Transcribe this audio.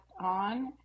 on